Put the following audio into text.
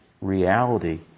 reality